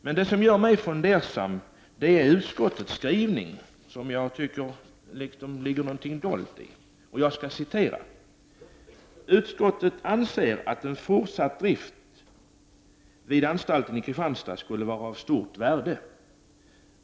Men det som gör mig fundersam är utskottets skrivning, som jag tycker att det ligger någonting dolt i: ”Utskottet anser att en fortsatt drift vid anstalten i Kristianstad skulle vara av stort värde.